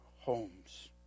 homes